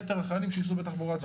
יתר החיילים, שיסעו בתחבורה ציבורית.